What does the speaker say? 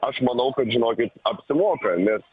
aš manau kad žinokit apsimoka nes